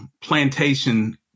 Plantation